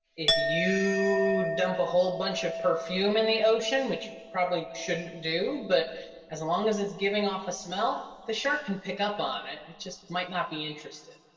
if you dump a whole bunch of perfume in the ocean, which probably shouldn't do, but as long as it's giving off a smell, the shark can pick up on it. they just might not be interested.